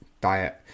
diet